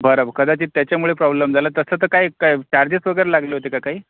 बरं कदाचित त्याच्यामुळे प्रॉब्लेम झाला तसं तर काही काही चार्जेस वगैरे लागले होते का काही